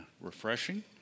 refreshing